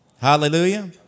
Hallelujah